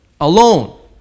alone